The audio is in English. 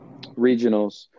regionals